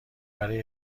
برای